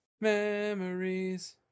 Memories